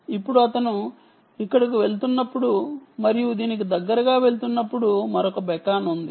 ఇప్పుడు అతను ఇక్కడకు వెళుతున్నప్పుడు మరియు దీనికి దగ్గరగా వెళుతున్నప్పుడు మరొక బెకన్ ఉంది